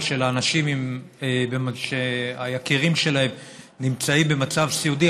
של האנשים שהיקירים שלהם נמצאים במצב סיעודי,